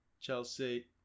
Chelsea